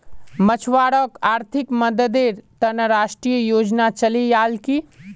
मछुवारॉक आर्थिक मददेर त न राष्ट्रीय योजना चलैयाल की